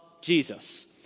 Jesus